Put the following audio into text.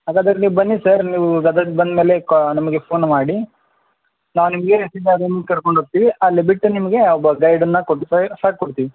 ಹಾಗಾದರೆ ನೀವು ಬನ್ನಿ ಸರ್ ನೀವು ಗದಗ ಬಂದಮೇಲೆ ಕ್ವಾ ನಮಗೆ ಫೋನ್ ಮಾಡಿ ನಾನು ನಿಮಗೆ ಗಾಡಿಯಲ್ಲಿ ಕರ್ಕೊಂಡು ಹೋಗ್ತೀವಿ ಅಲ್ಲೇ ಬಿಟ್ಟು ನಿಮಗೆ ಒಬ್ಬ ಗೈಡನ್ನು ಕೊಡಿಸೇ ಸ ಕೊಡ್ತೀವಿ